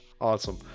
Awesome